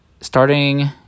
Starting